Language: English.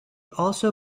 also